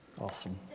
awesome